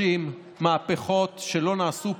נדמה לי שנעשית פה